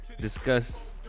discuss